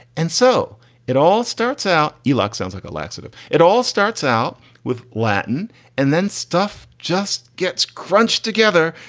and so it all starts out. elac sounds like a laxative. it all starts out with latin and then stuff just gets crunched together.